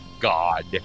god